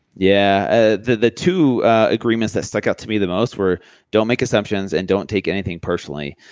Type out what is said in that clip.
yeah ah the the two agreements that stuck out to me the most were don't make assumptions and don't take anything personally.